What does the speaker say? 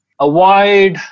Avoid